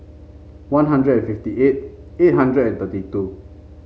One Hundred fifty eight eight hundred thirty two